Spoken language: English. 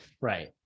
Right